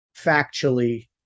factually